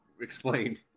explain